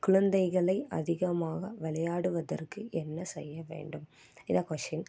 குழந்தைகளை அதிகமாக விளையாடுவதற்கு என்ன செய்யவேண்டும் இதுதான் கொஷின்